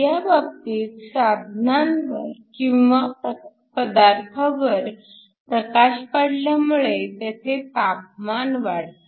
ह्या बाबतीत साधनावर किंवा पदार्थावर प्रकाश पाडल्यामुळे त्याचे तापमान वाढते